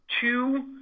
two